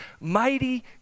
mighty